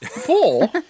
Four